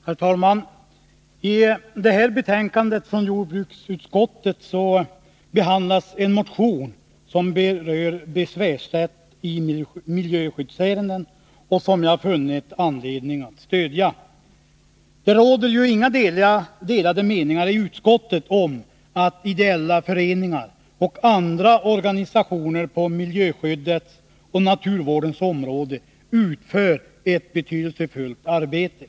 Herr talman! I detta betänkande från jordbruksutskottet behandlas en motion som berör besvärsrätt i miljöskyddsärenden och som jag funnit anledning att stödja. Det råder inga delade meningar i utskottet om att ideella föreningar och andra organisationer på miljöskyddets och naturvårdens områden utför ett betydelsefullt arbete.